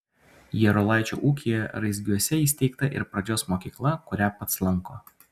jarulaičio ūkyje raizgiuose įsteigta ir pradžios mokykla kurią pats lanko